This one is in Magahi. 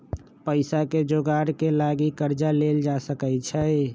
पइसाके जोगार के लागी कर्जा लेल जा सकइ छै